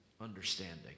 understanding